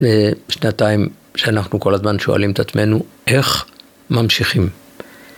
שנתיים שאנחנו כל הזמן שואלים את עצמנו, איך ממשיכים?